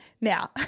now